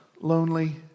lonely